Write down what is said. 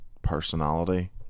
personality